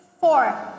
four